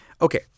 Okay